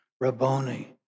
Rabboni